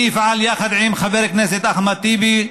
אני אפעל יחד עם חבר הכנסת אחמד טיבי,